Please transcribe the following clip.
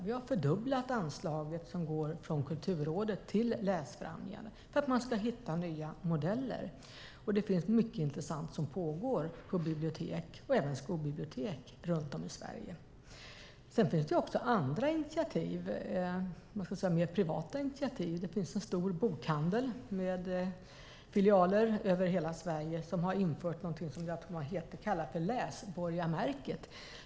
Vi har fördubblat anslaget som går från Kulturrådet till läsfrämjande, för att man ska hitta nya modeller. Det finns mycket intressant som pågår på bibliotek - även skolbibliotek - runt om i Sverige. Sedan finns det också andra, mer privata initiativ. Det finns en stor bokhandel, med filialer över hela Sverige, som har infört någonting som kallas läsborgarmärket.